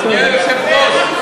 אנחנו קובעים,